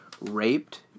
raped